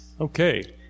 Okay